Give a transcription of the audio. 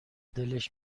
دلش